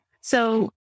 so-